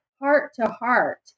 heart-to-heart